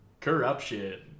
Corruption